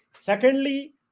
Secondly